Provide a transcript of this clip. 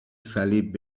صلیب